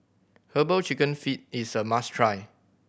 Herbal Chicken Feet is a must try